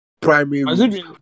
primary